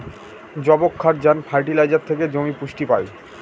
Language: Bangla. যবক্ষারজান ফার্টিলাইজার থেকে জমি পুষ্টি পায়